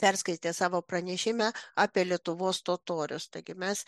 perskaitė savo pranešime apie lietuvos totorius taigi mes